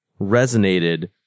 resonated